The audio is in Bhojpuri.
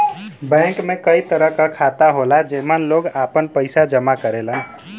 बैंक में कई तरह क खाता होला जेमन लोग आपन पइसा जमा करेलन